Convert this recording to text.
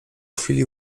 chwili